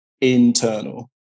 internal